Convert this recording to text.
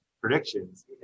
predictions